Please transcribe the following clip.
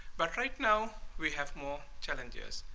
but right now we have more challenges.